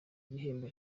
gihembo